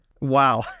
Wow